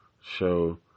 show